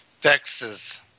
vexes